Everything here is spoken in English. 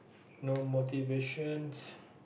no motivation